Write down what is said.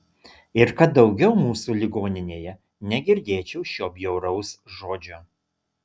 ir kad daugiau mūsų ligoninėje negirdėčiau šio bjauraus žodžio